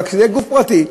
אבל כשזה יהיה גוף פרטי,